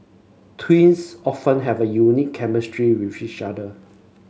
twins often have unique chemistry with each other